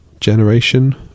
generation